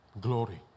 glory